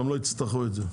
גם לא יצטרכו את זה.